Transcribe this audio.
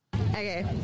Okay